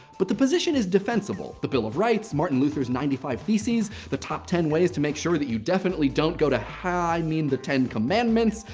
but the position is defensible. the bill of rights, martin luther's ninety five theses, the top ten ways to make sure that you definitely don't go to he i mean, the ten commandments,